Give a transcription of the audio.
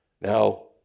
Now